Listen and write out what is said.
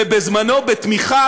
ובזמנו בתמיכה